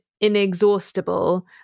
inexhaustible